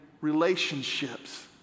relationships